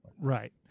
Right